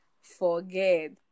Forget